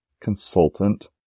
consultant